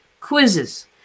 quizzes